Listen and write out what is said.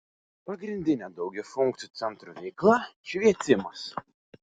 pagrindinė daugiafunkcių centrų veikla švietimas